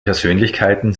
persönlichkeiten